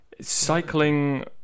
Cycling